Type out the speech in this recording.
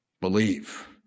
believe